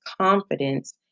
confidence